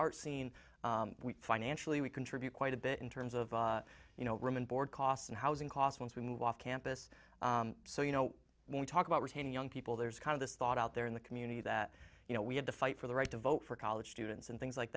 art scene financially we contribute quite a bit in terms of you know room and board costs and housing costs once we can walk campus so you know when we talk about retaining young people there's kind of this thought out there in the community that you know we had to fight for the right to vote for college students and things like